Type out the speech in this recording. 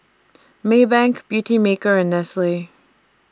Maybank Beautymaker and Nestle